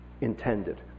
intended